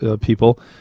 people